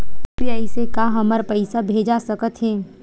UPI से का हमर पईसा भेजा सकत हे?